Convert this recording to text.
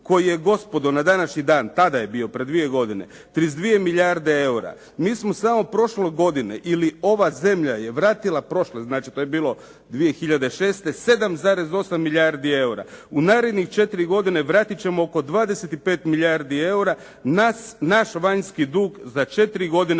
koji je gospodo na današnji dan, tada je bio prije 2 godine 32 milijarde eura. Mi smo samo prošle godine ili ova zemlja je vratila prošle, znači to je bilo 2006. 7,8 milijardi eura. U narednih 4 godine vratit ćemo oko 25 milijardi eura. Naš vanjski dug za 4 godine